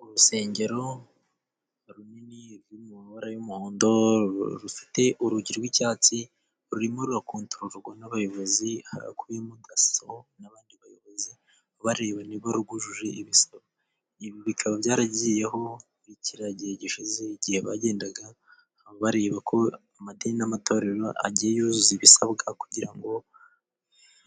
Urusengero runini ruri mu mabara y'umuhondo， rufite urugi rw'icyatsi， rurimo rurakontororwa n'abayobozi， aribo daso n'abandi bayobozi，bareba niba rwujuje ibisabwa，ibi bikaba byaragiyeho muri kiriya gihe gishize， igihe bagendaga bareba ko amadini n'amatorero agiye yuzuza ibisabwa， kugira ngo